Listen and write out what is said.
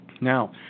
Now